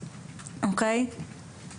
אוקי,